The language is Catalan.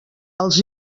els